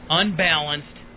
unbalanced